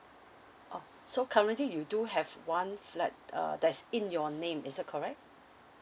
oh so currently you do have one flat uh that's in your name is that correct